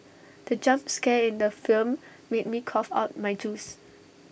the jump scare in the film made me cough out my juice